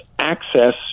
access